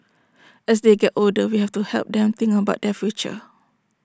as they get older we have to help them think about their future